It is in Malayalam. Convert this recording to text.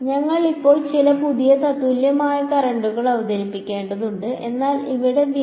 ഞങ്ങൾ ഇപ്പോൾ ചില പുതിയ തത്തുല്യമായ കറന്റുകൾ അവതരിപ്പിക്കേണ്ടതുണ്ട് എന്നാൽ ഇവിടെ വില